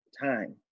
time